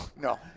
no